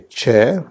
chair